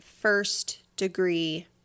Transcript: first-degree